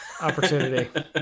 opportunity